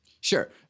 sure